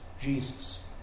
Jesus